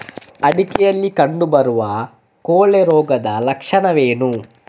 ಅಡಿಕೆಗಳಲ್ಲಿ ಕಂಡುಬರುವ ಕೊಳೆ ರೋಗದ ಲಕ್ಷಣವೇನು?